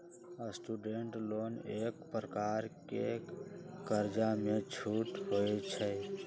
student loan एक प्रकार के कर्जामें छूट होइ छइ